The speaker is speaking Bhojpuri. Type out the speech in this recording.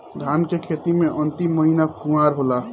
धान के खेती मे अन्तिम महीना कुवार होला?